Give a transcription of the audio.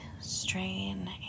strain